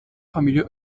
familie